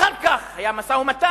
אחר כך היה משא-ומתן,